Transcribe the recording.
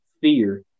fear